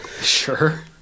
Sure